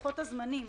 הזמנים.